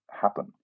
happen